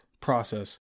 process